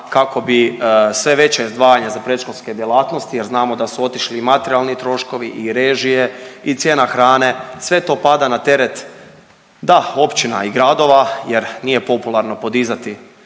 kako bi sve veće izdvajanja za predškolske djelatnosti jer znamo da su otišli i materijalni troškovi i režije i cijena hrane, sve to pada na teret, da, općina i gradova jer nije popularno podizati